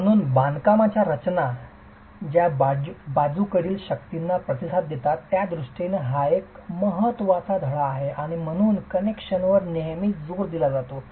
म्हणून बांधकामाच्या रचना ज्या बाजूकडील शक्तींना प्रतिसाद देतात त्या दृष्टीने हा एक महत्त्वाचा धडा आहे आणि म्हणूनच कनेक्शनवर नेहमीच जोर दिला जातो